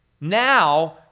now